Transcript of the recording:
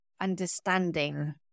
understanding